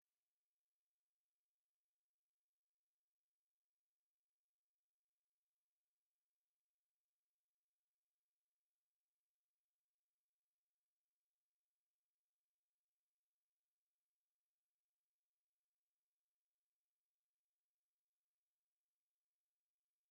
Mu bigo by'amashuri usanga haba hari abanyeshuri bahagarariye abandi yaba muri gahunda z'ikigo cyangwa se abatorwa ngo bahagararire amatorero n'amadini aba akorera muri ibyo bigo. Iyo rero hagize abanyeshuri batorerwa izo nshingano, baba bagomba kurahira ko bazazikora kandi neza.